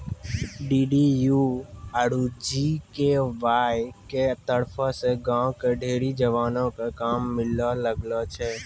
DDU आरु GKY के तरफो से गांव के ढेरी जवानो क काम मिलै लागलो छै